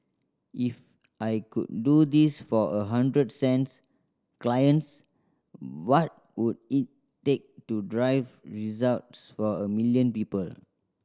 if I could do this for a hundred cents clients what would it take to drive results for a million people